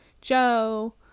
Joe